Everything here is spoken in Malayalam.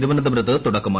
തിരുവനന്തപുരത്ത് തുടക്കമായി